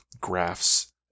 graphs